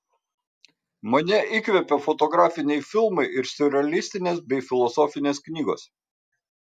mane įkvepia fotografiniai filmai ir siurrealistinės bei filosofinės knygos